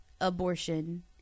abortion